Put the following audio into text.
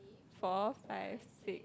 four five six